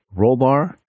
Rollbar